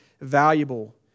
valuable